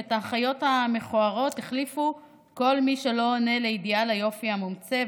ואת האחיות המכוערות החליפו כל מי שלא עונה לאידיאל היופי המומצא.